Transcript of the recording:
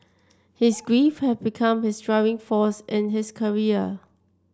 his grief had become his driving force in his career